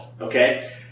Okay